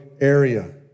area